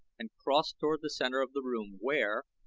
and crossed toward the center of the room, where,